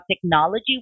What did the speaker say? technology